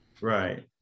Right